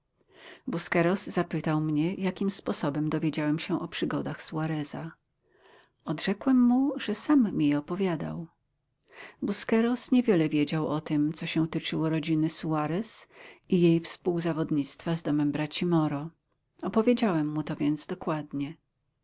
czynności busqueros zapytał mnie jakim sposobem dowiedziałem się o przygodach suareza odrzekłem mu że sam mi je opowiadał busqueros niewiele wiedział o tym co się tyczyło rodziny suarez i jej współzawodnictwa z domem braci moro opowiedziałem mu to więc dokładnie